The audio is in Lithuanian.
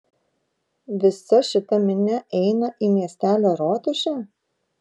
visa šita minia eina į miestelio rotušę